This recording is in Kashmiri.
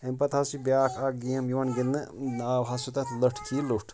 امہِ پَتہٕ حظ چھِ بیٛاکھ اَکھ گیم یِوان گِنٛدنہٕ ناو حظ چھُ تَتھ لٔٹھکی لوٚٹھ